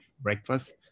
breakfast